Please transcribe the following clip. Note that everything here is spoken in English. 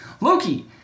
Loki